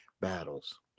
battles